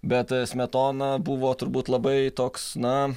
bet smetona buvo turbūt labai toks na